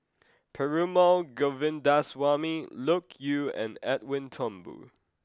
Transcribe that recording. Perumal Govindaswamy Loke Yew and Edwin Thumboo